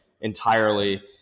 entirely